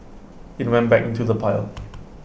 IT went back into the pile